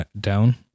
down